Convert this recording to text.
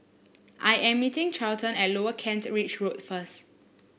I am meeting Charlton at Lower Kent Ridge Road first